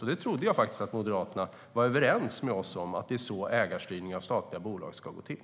Jag trodde att Moderaterna var överens med oss om att det är så ägarstyrning av statliga bolag ska gå till.